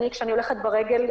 אבל כשאני הולכת ברגל,